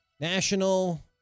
national